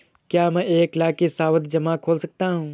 क्या मैं एक लाख का सावधि जमा खोल सकता हूँ?